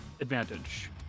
advantage